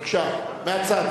בבקשה, מהצד.